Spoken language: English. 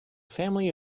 family